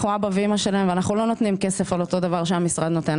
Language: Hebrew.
אנחנו אבא ואימא שלהם ואנחנו לא נותנים כסף על אותו דבר שהמשרד נותן.